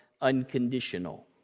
unconditional